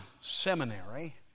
seminary